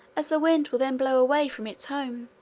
as the wind will then blow away from its home.